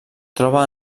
troba